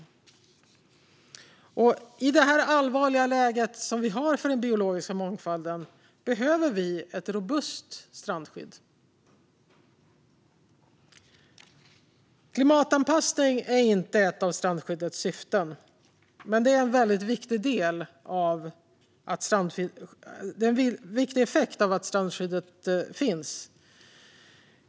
I detta allvarliga läge för den biologiska mångfalden behöver vi ett robust strandskydd. Klimatanpassning är inte ett av strandskyddets syften men väl en viktig effekt av att det finns.